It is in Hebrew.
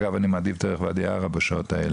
אגב אני מעדיף לנסוע דרך ואדי ערה בשעות האלה,